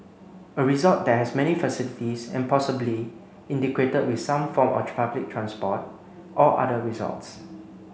a resort that has many facilities and possibly integrated with some form of public transport or other resorts